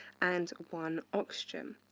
and one oxygen.